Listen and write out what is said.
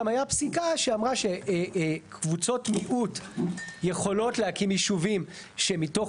גם הייתה פסיקה שאמרה שקבוצות מיעוט יכולות להקים ישובים שמתוך